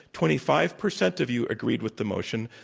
twenty five percent of you agreed with the motion,